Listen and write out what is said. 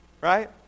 right